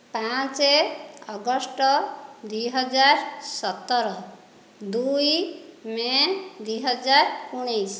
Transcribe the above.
ପାଞ୍ଚ ଅଗଷ୍ଟ ଦୁଇହଜାର ସତର ଦୁଇ ମେ ଦୁଇହଜାର ଉଣେଇଶି